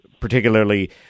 particularly